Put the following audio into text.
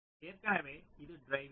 ஏற்கனவே இது ட்ரிவிங்